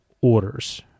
orders